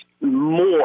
more